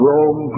Rome